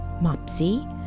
Mopsy